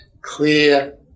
clear